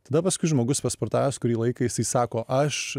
tada paskui žmogus pasportavęs kurį laiką jisai sako aš